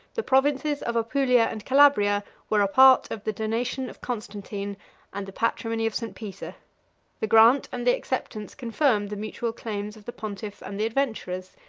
the provinces of apulia and calabria were a part of the donation of constantine and the patrimony of st. peter the grant and the acceptance confirmed the mutual claims of the pontiff and the adventurers.